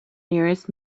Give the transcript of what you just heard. nearest